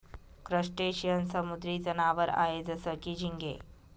crustacean समुद्री जनावर आहे जसं की, झिंगे